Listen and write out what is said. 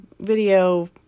video